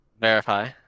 Verify